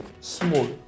small